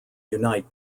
unite